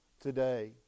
today